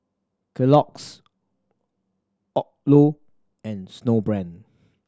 Kellogg's Odlo and Snowbrand